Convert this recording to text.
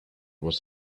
was